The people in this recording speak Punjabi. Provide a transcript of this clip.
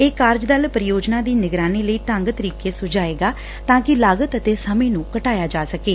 ਇਹ ਕਾਰਜਕਾਲ ਪ੍ਰੀਯੋਜਨਾ ਦੀ ਨਿਗਰਾਨੀ ਲਈ ਢੰਗ ਤਰੀਕੇ ਸੁਝਾਏਗਾ ਤਾਂ ਕਿ ਲਾਗਤ ਅਤੇ ਸਮੇਂ ਨੂੰ ਘਟਾਇਆ ਜਾ ਸਕੇ